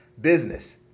business